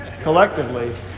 collectively